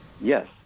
Yes